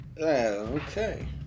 Okay